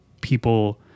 people